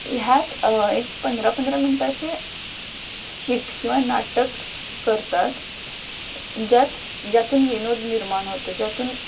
ह्यात एक पंधरा पंधरा मिनटांचे स्कीट किंवा नाटक करतात ज्यात ज्यातून विनोद निर्माण होतो ज्यातून